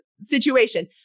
situation